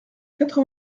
quatre